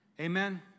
Amen